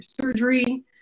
surgery